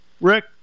Rick